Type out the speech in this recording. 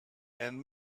and